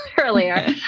earlier